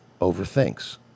overthinks